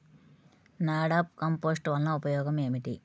NADEP compost వలన ఉపయోగం ఏమిటి?